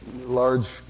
large